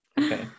okay